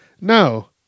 No